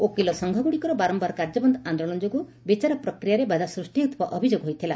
ଓକିଲ ସଂଘଗୁଡ଼ିକର ବାରମ୍ଭାର କାର୍ଯ୍ୟବନ୍ଦ ଆନ୍ଦୋଳନ ଯୋଗୁଁ ବିଚାର ପ୍ରକ୍ରିୟାରେ ବାଧା ସୃଷ୍ଟି ହେଉଥିବା ଅଭିଯୋଗ ହୋଇଥିଲା